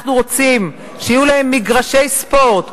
אנחנו רוצים שיהיו להם מגרשי ספורט,